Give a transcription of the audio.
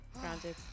grounded